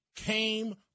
came